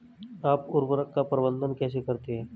आप उर्वरक का प्रबंधन कैसे करते हैं?